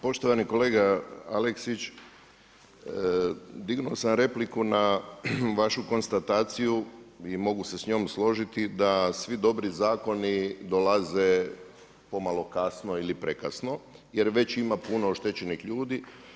Poštovani kolega Aleksić, dignuo sam repliku na vašu konstataciju i mogu se s njom složiti da svi dobri zakoni dolaze pomalo kasno ili prekasno jer već ima puno oštećenih ljudi.